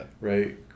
right